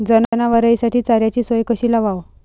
जनावराइसाठी चाऱ्याची सोय कशी लावाव?